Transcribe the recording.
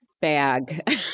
bag